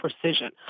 precision